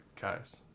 Guys